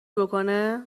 بکنه